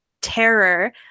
terror –